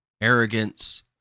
arrogance